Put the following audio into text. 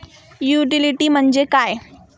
Utility म्हणजे काय?